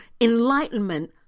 enlightenment